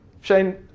Shane